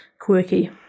quirky